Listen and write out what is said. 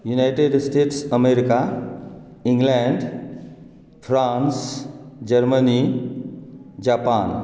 United States America England France Germany Japan